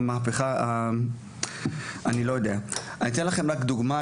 אני אתן לכם דוגמה,